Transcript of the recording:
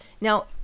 now